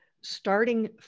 starting